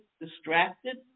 distracted